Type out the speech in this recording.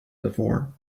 before